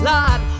Lord